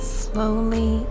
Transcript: slowly